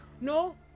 No